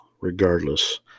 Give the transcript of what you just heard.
regardless